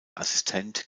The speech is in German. assistent